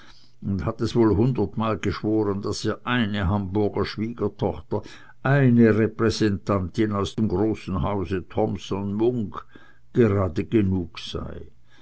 und hat es wohl hundertmal geschworen daß ihr eine hamburger schwiegertochter eine repräsentantin aus dem großen hause thompson munk gerade genug sei